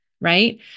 right